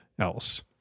else